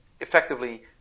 effectively